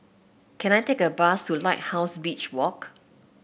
can I take a bus to Lighthouse Beach Walk